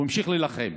הוא המשיך להילחם.